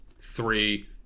three